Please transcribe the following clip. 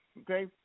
okay